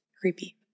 Creepy